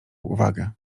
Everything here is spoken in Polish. uwagę